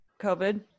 COVID